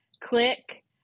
click